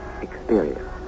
experience